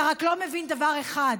אתה רק לא מבין דבר אחד,